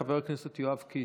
חבר הכנסת יואב קיש,